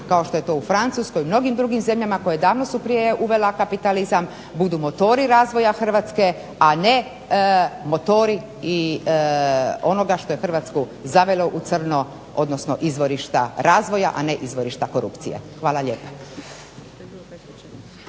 kao što je to u Francuskoj i mnogim drugim zemljama koje davno su prije uvela kapitalizam budu motori razvoja Hrvatske, a ne motori i onoga što je Hrvatsku zavelo u crno, odnosno izvorišta razvoja, a ne izvorišta korupcije. Hvala lijepa.